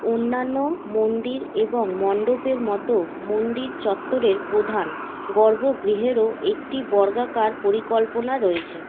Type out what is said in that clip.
অন্যান্য মন্দির এবং মণ্ডপের মতো মন্দির চত্বরের প্রধান গর্ব গৃহেরও একটি বর্গাক পরিকল্পনা রয়েছে